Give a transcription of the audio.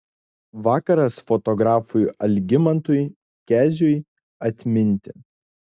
vakaras fotografui algimantui keziui atminti